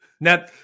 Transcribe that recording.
Now